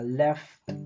left